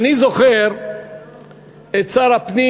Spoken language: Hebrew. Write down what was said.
אני זוכר את שר הפנים